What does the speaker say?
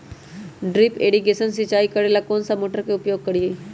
Drip irrigation सिंचाई करेला कौन सा मोटर के उपयोग करियई?